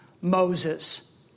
Moses